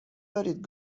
دارید